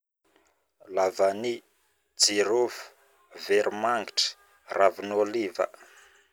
Lavany, jirofo, veromangitry, ravin'olina